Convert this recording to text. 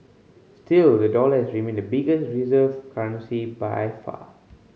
still the dollar has remained the biggest reserve currency by far